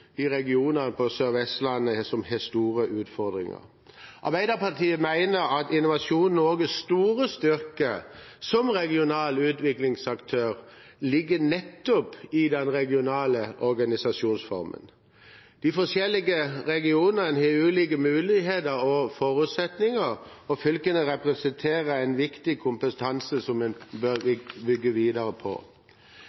regionene på Sør-Vestlandet, som har store utfordringer. Arbeiderpartiet mener at Innovasjon Norges store styrke som regional utviklingsaktør ligger nettopp i den regionale organisasjonsformen. De forskjellige regionene har ulike muligheter og forutsetninger, og fylkene representerer en viktig kompetanse som en bør